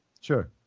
Sure